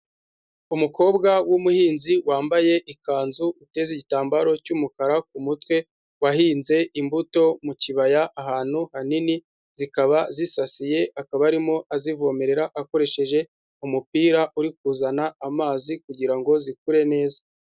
Umukobwa w'umuhinzi wambaye ikanzu uteze igitambaro cy'umukara ku mutwe, wahinze imbuto mu kibaya ahantu hanini zikaba zisasiye, akaba arimo azivomerera akoresheje umupira uri kuzana amazi kugira ngo zikure neza.